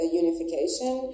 unification